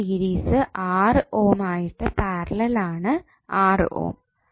ഈ series 6 ohm ആയിട്ട് parallel ആണ് 6 ഓം